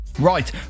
Right